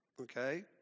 okay